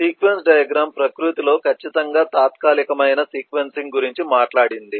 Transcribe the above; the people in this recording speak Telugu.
సీక్వెన్స్ డయాగ్రమ్ ప్రకృతిలో ఖచ్చితంగా తాత్కాలికమైన సీక్వెన్సింగ్ గురించి మాట్లాడింది